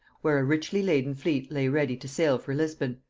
where a richly-laden fleet lay ready to sail for lisbon,